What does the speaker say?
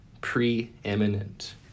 preeminent